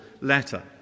letter